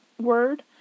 word